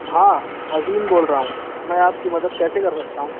ہاں عظیم بول رہا ہوں میں آپ کی مدد کیسے کر سکتا ہوں